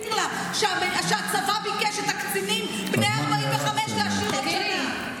תסביר לה שהצבא ביקש להשאיר את הקצינים בני ה-45 עוד שנה.